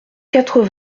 quatre